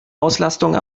auslastung